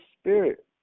spirit